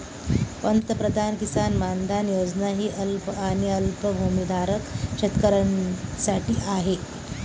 पंतप्रधान किसान मानधन योजना ही अल्प आणि अल्पभूधारक शेतकऱ्यांसाठी आहे